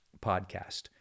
podcast